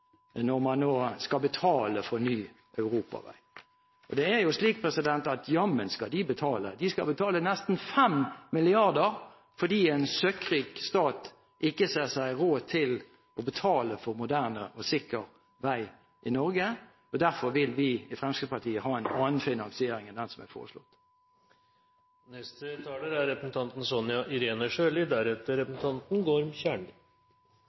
når man nå skal betale for en ny europavei. Og jammen skal de betale, de skal betale nesten 5 mrd. fordi en søkkrik stat ikke ser seg å ha råd til å betale for en moderne og sikker vei i Norge. Derfor vil vi i Fremskrittspartiet ha en annen finansiering enn den som er foreslått. Presidenten var villig til å gi statsråden en ny start. Det er